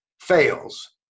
fails